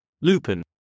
Lupin